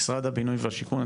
משרד הבינוי והשיכון,